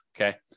okay